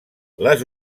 les